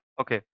Okay